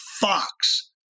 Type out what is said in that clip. fox